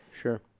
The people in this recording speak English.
Sure